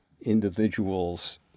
individuals